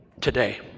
today